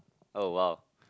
oh !wow!